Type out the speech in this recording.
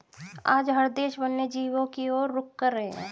आज हर देश वन्य जीवों की और रुख कर रहे हैं